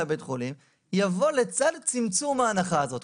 בבית חולים יבוא לצד צמצום ההנחה הזאת.